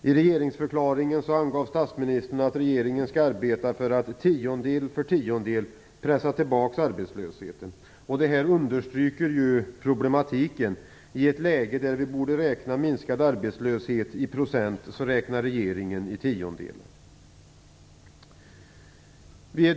I regeringsförklaringen angav statsministern att regeringen skall arbeta för att tiondel för tiondel pressa tillbaka arbetslösheten. Detta understryker problematiken. I ett läge då vi borde räkna minskad arbetslöshet i procent, räknar regeringen i tiondelar.